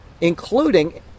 including